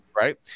right